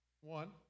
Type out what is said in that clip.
One